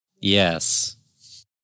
Yes